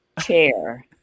chair